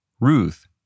Ruth